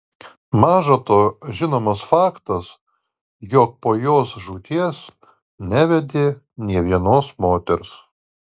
maža to žinomas faktas jog po jos žūties nevedė nė vienos moters